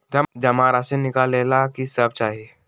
जमा राशि नकालेला कि सब चाहि?